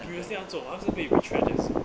previously 样做他们是被 retrench 还是